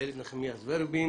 אילת נחמיאס ורבין